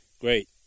great